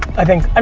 i think, um